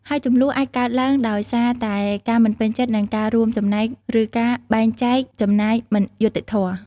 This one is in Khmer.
ហើយជម្លោះអាចកើតឡើងដោយសារតែការមិនពេញចិត្តនឹងការរួមចំណែក ឬការបែងចែកចំណាយមិនយុត្តិធម៌។